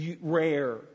rare